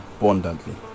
abundantly